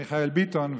מיכאל ביטון,